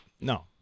No